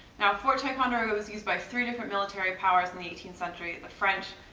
now fort ticonderoga was used by three different military powers in the eighteenth century, the french,